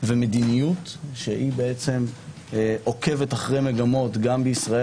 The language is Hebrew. ומדיניות שהיא עוקבת אחר מגמות גם בישראל